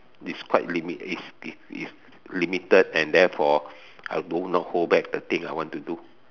is quite limi~ is is is limited and therefore I do not hold back the thing I want to do